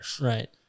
Right